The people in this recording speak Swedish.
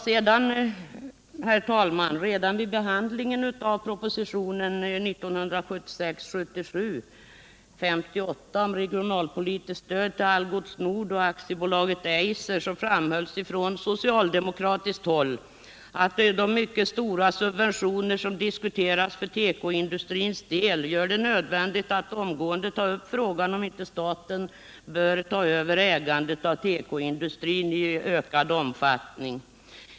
Redan vid behandlingen av proposition 1976/77:58 om regionalpolitiskt stöd till Algots Nord och AB Eiser framhölls från socialdemokratiskt håll att de mycket stora subventioner som diskuterades för tekoindustrins del gjorde det nödvändigt att omgående ta upp frågan om inte staten borde ta över ägandet av tekoindustrin i ökad omfattning.